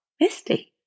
Misty